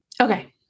Okay